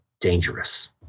Dangerous